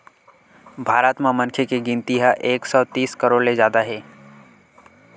भारत म मनखे के गिनती ह एक सौ तीस करोड़ ले जादा हे